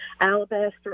Alabaster